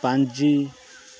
ପାଞ୍ଜି